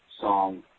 song